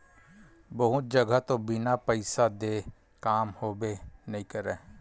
बहुत जघा तो बिन पइसा देय काम होबे नइ करय